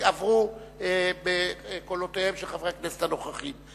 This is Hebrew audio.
עברו בקולותיהם של חברי הכנסת הנוכחים.